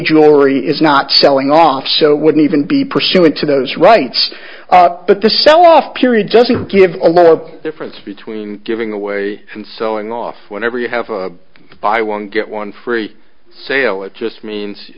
jewelry is not selling off so it wouldn't even be pursuant to those rights but the sell off period doesn't give a lot of difference between giving away and sewing off whenever you have a buy one get one free sale it just means